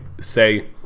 say